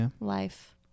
life